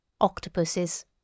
Octopuses